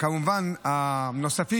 מכובדי השר,